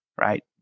Right